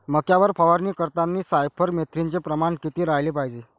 मक्यावर फवारनी करतांनी सायफर मेथ्रीनचं प्रमान किती रायलं पायजे?